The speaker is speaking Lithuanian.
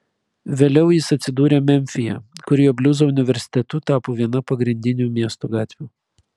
vėliau jis atsidūrė memfyje kur jo bliuzo universitetu tapo viena pagrindinių miesto gatvių